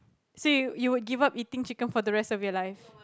so you you would give up eating chicken for the rest of your life